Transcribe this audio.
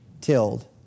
tilled